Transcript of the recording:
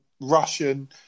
Russian